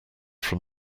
from